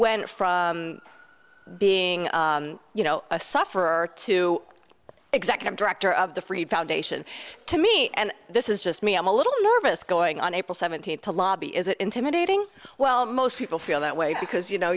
went from being you know a sufferer to executive director of the free foundation to me and this is just me i'm a little nervous going on april seventeenth to lobby is it intimidating well most people feel that way because you know